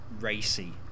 racy